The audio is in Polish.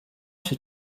się